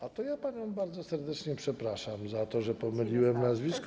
A to ja panią bardzo serdecznie przepraszam za to, że pomyliłem nazwisko.